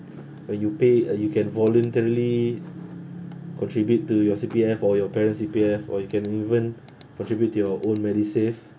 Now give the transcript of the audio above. when you pay uh you can voluntarily contribute to your C_P_F or your parents C_P_F or you can even contribute to your own medisave